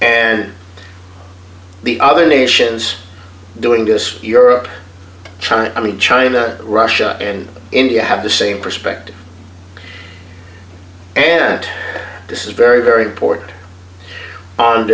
and the other nations doing to us europe china i mean china russia and india have the same perspective and this is very very important